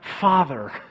Father